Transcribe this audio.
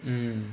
mm